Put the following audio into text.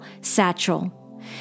satchel